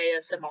ASMR